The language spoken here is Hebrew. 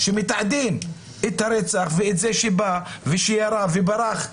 שמתעדים את הרצח ואת זה שבא ושירה ושברח.